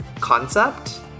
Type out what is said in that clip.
concept